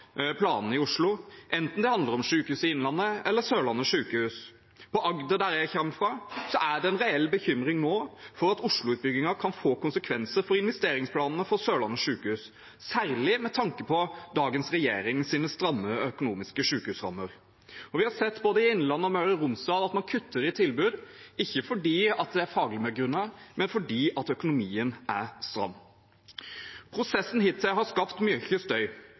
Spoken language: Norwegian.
planene i Oslo, enten det handler om Sykehuset Innlandet eller Sørlandet sykehus. I Agder, der jeg kommer fra, er det en reell bekymring nå for at Oslo-utbyggingen kan få konsekvenser for investeringsplanene for Sørlandet sykehus, særlig med tanke på dagens regjerings stramme økonomiske sykehusrammer. Vi har sett både i Innlandet og Møre og Romsdal at man kutter i tilbud – ikke fordi det er faglig begrunnet, men fordi økonomien er stram. Prosessen hittil har skapt mye støy.